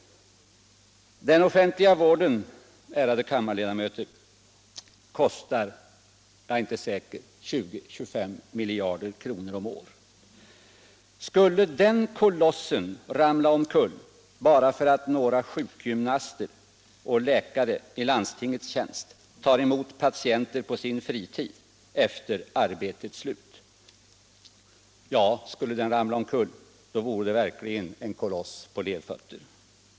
Den offentliga vården, ärade kammarledamöter, kostar — jag är inte säker — 20-25 miljarder kronor om året. Skulle den kolossen ramla omkull bara för att några sjukgymnaster och läkare i landstingets tjänst tar emot patienter på sin fritid, efter arbetets slut, då vore den verkligen en koloss på lerfötter.